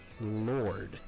lord